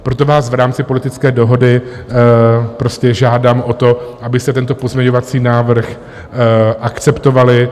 Proto vás v rámci politické dohody prostě žádám o to, abyste tento pozměňovací návrh akceptovali.